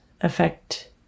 affect